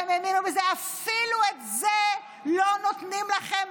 אפילו את זה לא נותנים לכם.